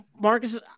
Marcus